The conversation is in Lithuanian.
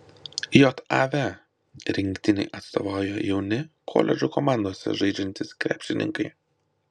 jav rinktinei atstovauja jauni koledžų komandose žaidžiantys krepšininkai